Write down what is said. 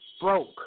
broke